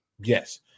Yes